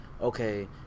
Okay